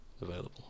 available